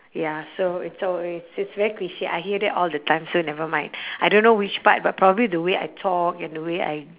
ya so it's always it's very cliche I hear that all the time so never mind I don't know which part but probably the way I talk and the way I